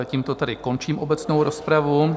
Tímto tedy končím obecnou rozpravu.